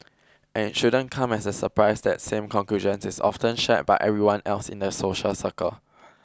and it shouldn't come as a surprise that same conclusions is often shared by everyone else in their social circle